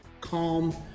calm